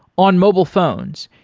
on mobile phones,